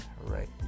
right